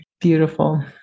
Beautiful